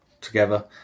Together